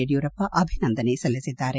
ಯಡಿಯೂರಪ್ಪ ಅಭಿನಂದನೆ ಸಲ್ಲಿಸಿದ್ದಾರೆ